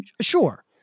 sure